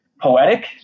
poetic